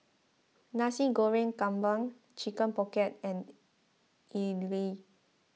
Nasi Goreng Kampung Chicken Pocket and Idly